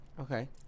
Okay